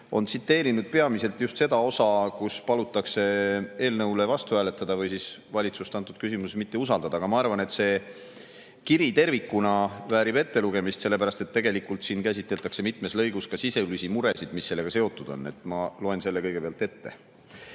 on tsiteerinud peamiselt just seda osa, kus palutakse eelnõule vastu hääletada või siis valitsust antud küsimuses mitte usaldada. Aga ma arvan, et see kiri tervikuna väärib ettelugemist, sellepärast et tegelikult siin käsitletakse mitmes lõigus ka sisulisi muresid, mis sellega seotud on. Ma loen kõigepealt ette.